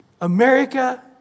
America